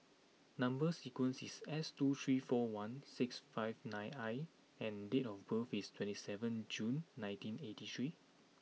number sequence is S two three four one six five nine I and date of birth is twenty seventh June nineteen eighty three